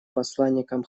посланником